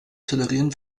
tolerieren